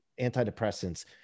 antidepressants